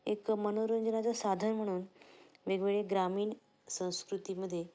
एक मनोरंजनाचं साधन म्हणून वेगवेगळे ग्रामीण संस्कृतीमध्ये